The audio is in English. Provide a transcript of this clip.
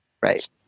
Right